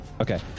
Okay